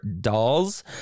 dolls